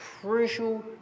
crucial